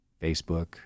Facebook